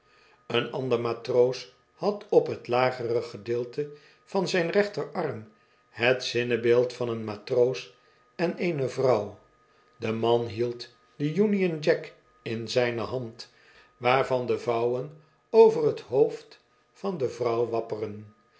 een ander matroos bad op t lagere gedeelte van zijn rechterarm het zinnebeeld van een matroos en eene vrouw de raan hield de union jack in zijne hand waarvan de vouwen over t hoofd van de vrouw wapperen